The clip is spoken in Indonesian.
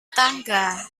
tangga